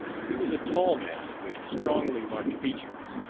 he was a tall man with strongly marked features,